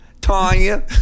Tanya